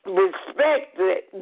respected